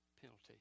penalty